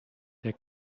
der